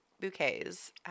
bouquets